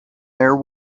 there